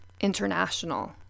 international